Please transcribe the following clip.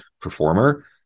performer